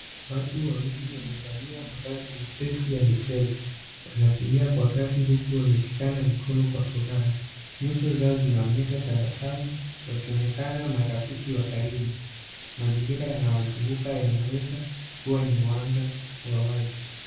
Watu wawili wamevalia mavazi mepesi ya michezo, wanakimbia kwa kasi huku wameshikana mikono kwa furaha. Nyuso zao zinaonyesha tabasamu wakionekana marafiki wa karibu. Mazingira yanawazunguka yanaweza kua ni uwanja wa wazi.